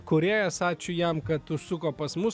kūrėjas ačiū jam kad užsuko pas mus